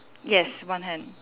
yes one hand